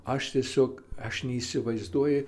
aš tiesiog aš neįsivaizduoju